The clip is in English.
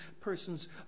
persons